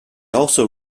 also